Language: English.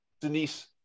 Denise